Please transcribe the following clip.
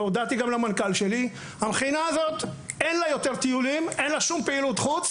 והודעתי גם למנכ"ל שלי: למכינה הזאת אין יותר טיולים ופעילות חוץ